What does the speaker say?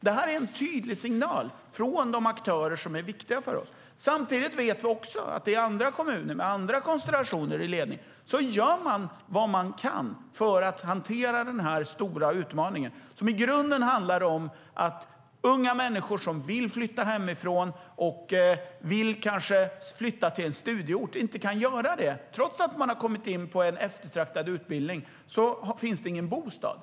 Detta är en tydlig signal från de aktörer som är viktiga för oss. Samtidigt vet vi att i andra kommuner med andra konstellationer i ledningen gör man vad man kan för att hantera denna stora utmaning. I grunden handlar det om att unga människor som vill flytta hemifrån, kanske till en studieort, inte kan göra det. Trots att de har kommit in på en eftertraktad utbildning finns det ingen bostad.